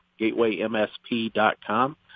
gatewaymsp.com